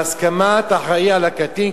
בהסכמת האחראי על הקטין,